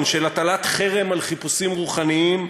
של הטלת חרם על חיפושים רוחניים,